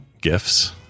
gifts